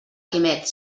quimet